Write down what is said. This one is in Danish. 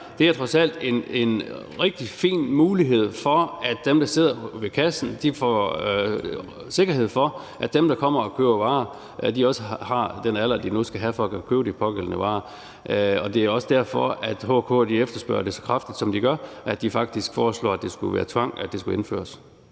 derimod trods alt en rigtig fin mulighed for, at dem, der sidder ved kassen, får sikkerhed for, at dem, der kommer og køber varer, også har den alder, de nu skal have for at kunne købe de pågældende varer. Det er også derfor, at HK efterspørger det så kraftigt, som de gør. De foreslår faktisk, at det skal indføres